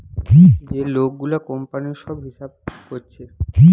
যে লোক গুলা কোম্পানির সব হিসাব কোরছে